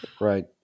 right